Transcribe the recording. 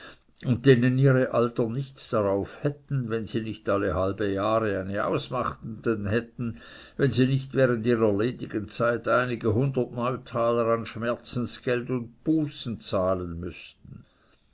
und denen ihre alten nichts darauf hätten wenn sie nicht alle halben jahre eine ausmacheten hätten wenn sie nicht während ihrer ledigen zeit einige hundert neutaler an schmerzengeld und bußen zahlen müßten